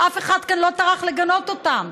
שאף אחד כאן לא טרח לגנות אותם,